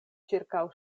ĉirkaŭ